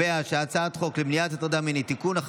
הצעת חוק למניעת הטרדה מינית (תיקון,